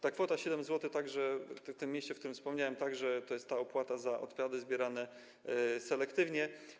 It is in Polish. Ta kwota 7 zł w tym mieście, o którym wspomniałem, to także jest ta opłata za odpady zbierane selektywnie.